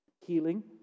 healing